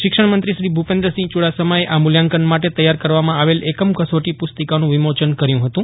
શિક્ષણમંત્રી શ્રી ભૂપેન્દ્રસિંહ ચૂડાસમાએ આ મૂલ્યાંકન માટે તૈયાર કરવામાં આવેલ એકમ કસોટી પુસ્તિકાનું વિમોચન કર્યું હતું